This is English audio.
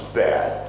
bad